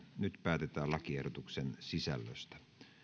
nyt päätetään lakiehdotuksen sisällöstä